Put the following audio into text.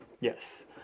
Yes